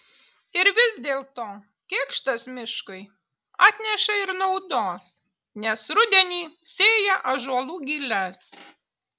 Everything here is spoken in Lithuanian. ir vis dėlto kėkštas miškui atneša ir naudos nes rudenį sėja ąžuolų giles